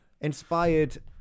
inspired